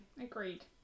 agreed